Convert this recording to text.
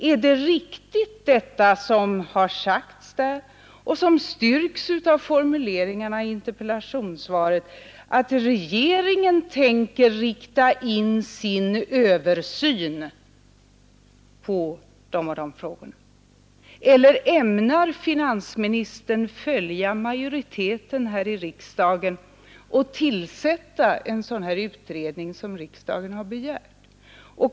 Är det alltså riktigt som det har sagts — det styrks av formuleringarna i interpellationssvaret — att regeringen tänker rikta in sin översyn på vissa områden eller ämnar finansministern följa majoriteten här i riksdagen och tillsätta en sådan utredning som riksdagen har begärt?